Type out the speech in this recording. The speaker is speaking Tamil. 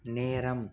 நேரம்